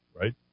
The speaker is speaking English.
right